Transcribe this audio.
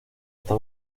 está